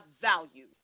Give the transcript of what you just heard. value